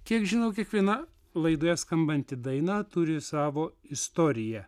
kiek žinau kiekviena laidoje skambanti daina turi savo istoriją